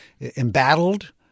embattled